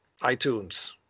iTunes